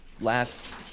last